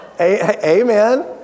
amen